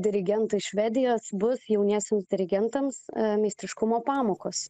dirigentai švedijos bus jauniesiems dirigentams meistriškumo pamokos